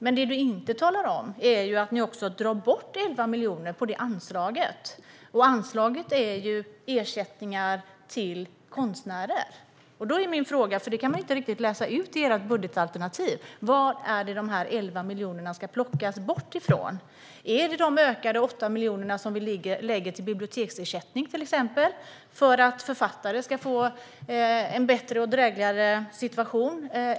Men det som du inte talar om är att ni också tar bort 11 miljoner på det anslaget. Anslaget innehåller ersättningar till konstnärer. Jag har en fråga om det, för det kan man inte riktigt avläsa i ert budgetalternativ: Vad ska de 11 miljonerna tas bort ifrån? Är det de ökade 8 miljonerna som ska gå till biblioteksersättning för att författare ska få en bättre och drägligare situation?